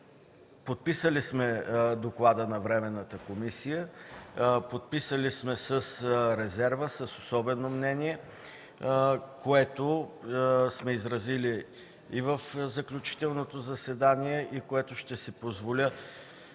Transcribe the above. Подписали сме доклада на временната комисия с резерва, с особено мнение, което сме изразили и в заключителното заседание, и което ще си позволя